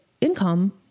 income